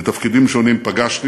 בתפקידים שונים, פגשתי